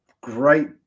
great